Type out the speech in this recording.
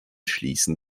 schließen